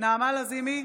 נעמה לזימי,